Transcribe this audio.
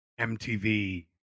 MTV